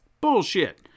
bullshit